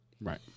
Right